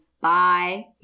Bye